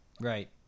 right